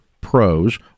Pros